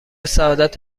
سعادت